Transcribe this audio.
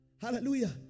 Hallelujah